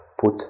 put